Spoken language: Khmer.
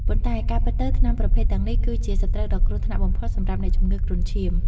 ប៉ុន្តែការពិតទៅ ថ្នាំប្រភេទទាំងនេះគឺជាសត្រូវដ៏គ្រោះថ្នាក់បំផុតសម្រាប់អ្នកជំងឺគ្រុនឈាម។